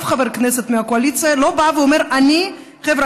אף חבר הכנסת מהקואליציה לא בא ואומר: חבר'ה,